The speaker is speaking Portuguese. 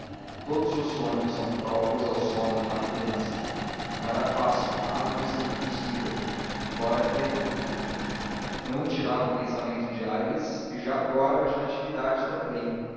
todos os sonhos são próprios ao sono de uma criança não era fácil mas não seria impossível flora cria tudo não tirava o pensamento de aires e já agora de natividade também